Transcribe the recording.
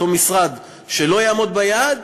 אותו משרד שלא יעמוד ביעד,